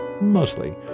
mostly